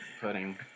pudding